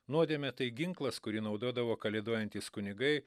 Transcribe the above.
nuodėmė tai ginklas kurį naudodavo kalėdojantys kunigai